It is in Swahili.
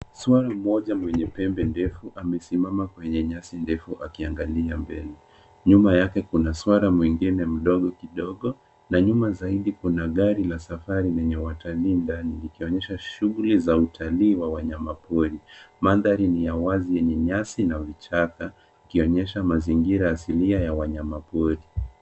Swara mmoja mwenye pembe ndefu amesimama kwenye nyasi ndefu akiangalia mbele. Nyuma yake kuna swara mwingine mdogo kidogo, na nyuma zaidi kuna gari la safari lenye watalii ndani , likionyesha shughuli za utalii wa wanyamapori. Mandhari ni ya wazi yenye nyasi na vichaka ikionyesha mazingira asilia ya wanyamapori